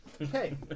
Okay